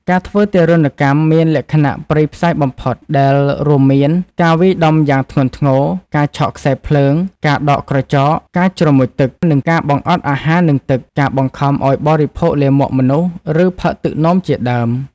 ការធ្វើទារុណកម្មមានលក្ខណៈព្រៃផ្សៃបំផុត ដែលរួមមាន ការវាយដំយ៉ាងធ្ងន់ធ្ងរ ការឆក់ខ្សែភ្លើង ការដកក្រចក ការជ្រមុជទឹក ការបង្អត់អាហារនិងទឹក ការបង្ខំឱ្យបរិភោគលាមកមនុស្ស ឬផឹកទឹកនោមជាដើម។